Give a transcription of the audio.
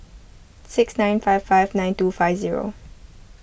six nine five five nine two five zero